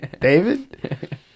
David